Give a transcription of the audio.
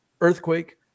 earthquake